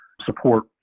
support